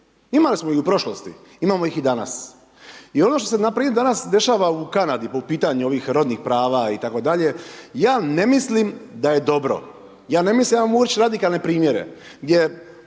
Imali smo ih i u prošlosti, imamo ih i danas. I ono što se npr. danas dešava u Kanadi po pitanju ovih rodnih prava itd., ja ne mislim da je dobro, ja …/Govornik se ne razumije/ gdje